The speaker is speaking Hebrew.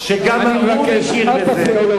אני מבקש, אל תפריע לו.